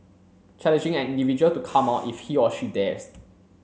challenging an individual to come out if he or she dares